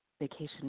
vacation